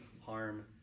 harm